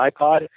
iPod